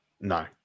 No